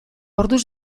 orduz